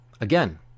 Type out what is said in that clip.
Again